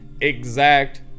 exact